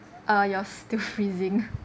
uh you are still freezing